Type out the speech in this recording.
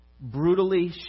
Brutally